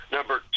Number